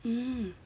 um